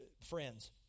friends